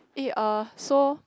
eh uh so